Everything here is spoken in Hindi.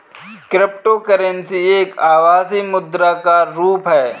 क्रिप्टोकरेंसी एक आभासी मुद्रा का रुप है